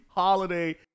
Holiday